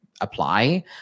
apply